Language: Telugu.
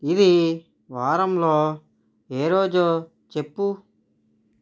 ఇది వారంలో ఏ రోజొ చెప్పు